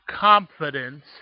confidence